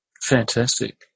fantastic